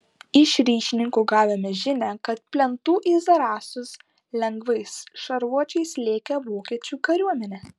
iš ryšininkų gavome žinią kad plentu į zarasus lengvais šarvuočiais lėkė vokiečių kariuomenė